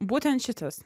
būtent šitas